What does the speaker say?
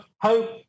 hope